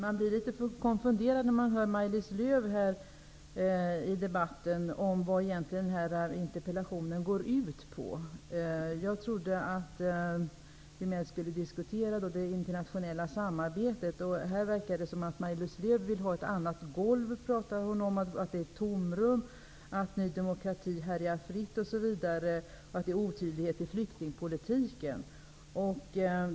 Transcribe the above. Herr talman! När man hör Maj-Lis Lööw i debatten blir man konfunderad över vad interpellation egentligen går ut på. Jag trodde att vi skulle diskutera det internationella samarbetet. Maj-Lis Lööw talar i stället om att hon vill ha ett annat golv, att det finns ett tomrum, att Ny demokrati härjar fritt och att flyktingpolitiken är otydlig.